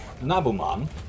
Nabuman